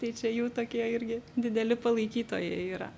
tai čia jų tokie irgi dideli palaikytojai yra